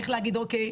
איך להגיד אוקיי,